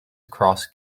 across